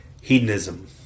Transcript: hedonism